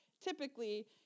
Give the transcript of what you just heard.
typically